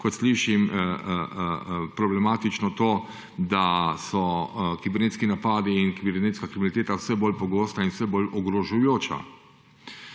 kot slišim, problematično to, da so kibernetski napadi in kibernetska kriminaliteta vse bolj pogosta in vse bolj ogrožajoča.